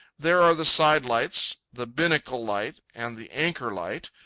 there are the sidelights, the binnacle light, and the anchor light.